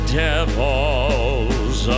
devils